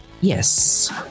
yes